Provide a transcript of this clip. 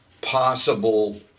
possible